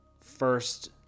first